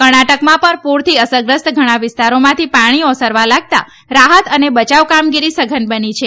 કર્ણાટકમાં પણ પૂરથી અસરગ્રસ્ત ઘણાં વિસ્તારોમાંથી પાણી ઓસરવા લાગતા રાહત અને બચાવ કામગીરી સઘન બની છે